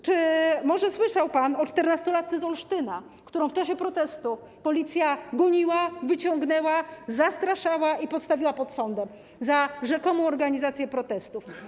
Czy może słyszał pan o czternastolatce z Olsztyna, którą w czasie protestu policja goniła, wyciągnęła, zastraszała i postawiła pod sądem za rzekomą organizację protestów?